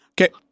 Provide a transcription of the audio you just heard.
Okay